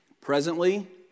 presently